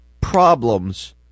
problems